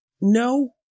No